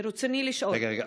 רגע, רגע.